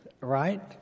right